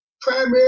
primary